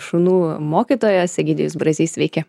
šunų mokytojas egidijus brazys sveiki